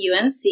UNC